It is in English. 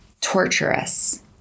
torturous